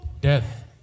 death